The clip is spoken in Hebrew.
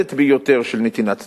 המכובדת ביותר של נתינת צדקה: